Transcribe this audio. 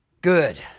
Good